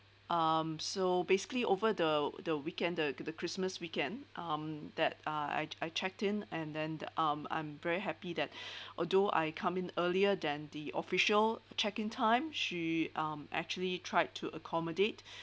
um so basically over the the weekend the the christmas weekend um that I I checked in and then the um I'm very happy that although I come in earlier than the official check in time she um actually tried to accommodate